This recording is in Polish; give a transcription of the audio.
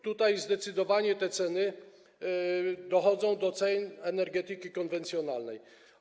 Tutaj zdecydowanie te ceny dochodzą do poziomu cen energetyki konwencjonalnej.